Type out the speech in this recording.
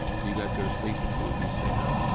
you guys go to sleep. the two of you stay up.